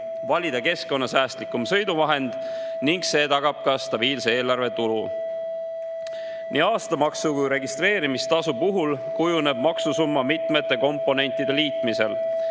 valitaks keskkonnasäästlikum sõiduvahend, ning see tagab stabiilse eelarvetulu. Nii aastamaksu kui ka registreerimistasu puhul kujuneb maksusumma mitmete komponentide liitmisel.